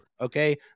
Okay